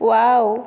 wow